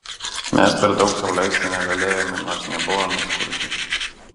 mes per daug sau leisti negalėjome nors nebuvome skurdžiai